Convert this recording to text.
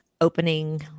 opening